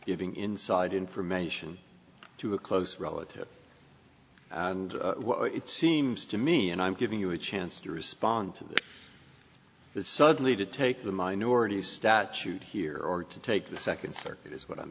giving inside information to a close relative and it seems to me and i'm giving you a chance to respond to that it's suddenly to take the minority statute here or to take the second circuit is what i'm